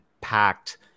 packed